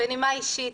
בנימה אישית,